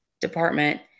department